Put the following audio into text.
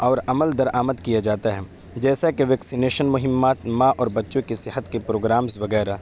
اور عمل درآمد کیا جاتا ہے جیسا کہ ویکسنیشن مہمات ماں اور بچوں کے صحت کے پروگرامز وغیرہ